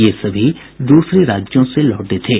ये सभी दूसरे राज्यों से लौटे थे